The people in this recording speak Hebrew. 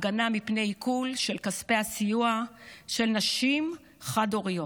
הגנה מפני עיקול של כספי הסיוע של נשים חד-הוריות.